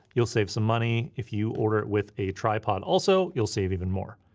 you'll save some money. if you order it with a tripod also, you'll save even more.